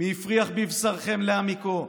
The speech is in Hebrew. / מי הפריח בבשרכם, להמיקו,